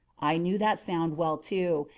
i knew that sound well, too.